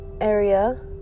area